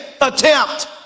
attempt